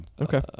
okay